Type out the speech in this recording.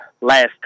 last